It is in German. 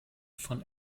von